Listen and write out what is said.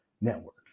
network